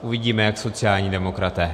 Uvidíme, jak sociální demokraté.